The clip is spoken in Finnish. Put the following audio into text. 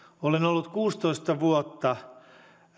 olen ollut kuusitoista vuotta